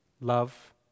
Love